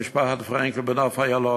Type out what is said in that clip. פרנקל בנוף-איילון.